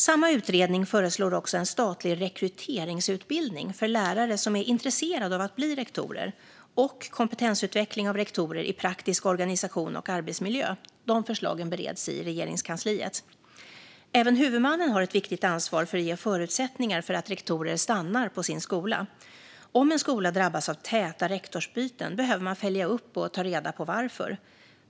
Samma utredning föreslår också en statlig rekryteringsutbildning för lärare som är intresserade av att bli rektorer och kompetensutveckling av rektorer i praktisk organisation och arbetsmiljö. De förslagen bereds i Regeringskansliet. Även huvudmannen har ett viktigt ansvar för att ge förutsättningar för att rektorer ska stanna på sin skola. Om en skola drabbas av täta rektorsbyten behöver man följa upp och ta reda på varför.